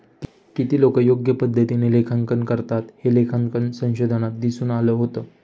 किती लोकं योग्य पद्धतीने लेखांकन करतात, हे लेखांकन संशोधनात दिसून आलं होतं